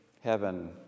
heaven